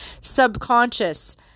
subconscious